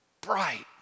bright